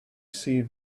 see